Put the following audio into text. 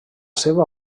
seva